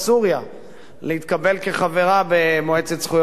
להתקבל כחברה במועצת זכויות האדם של האו"ם,